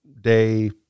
day